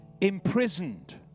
imprisoned